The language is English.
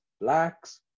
blacks